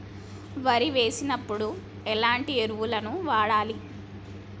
వరి వేసినప్పుడు ఎలాంటి ఎరువులను వాడాలి?